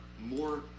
more